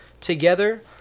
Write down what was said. together